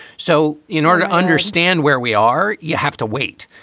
so in order to understand where we are, you have to wait.